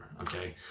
okay